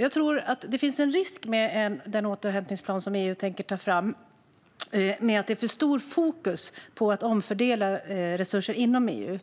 Jag tror att det finns en risk med den återhämtningsplan som EU tänker ta fram. Det är för stort fokus på att omfördela resurser inom EU.